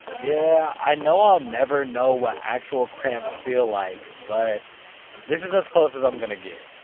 yeah i know i'll never know what actual cramps feel like, but this is as close as i'm gonna get.